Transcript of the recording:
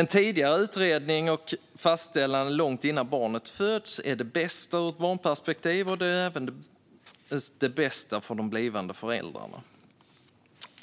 En tidigare utredning och ett fastställande av faderskap långt innan barnet föds är det bästa ur ett barnperspektiv, och det är även det bästa för de blivande föräldrarna.